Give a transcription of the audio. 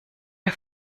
der